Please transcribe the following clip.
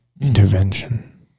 Intervention